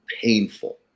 painful